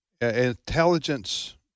intelligence